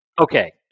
okay